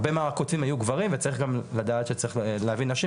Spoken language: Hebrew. הרבה מהכותבים היו גברים וצריך גם לדעת שצריך להביא נשים,